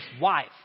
wife